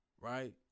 right